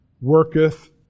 worketh